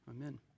Amen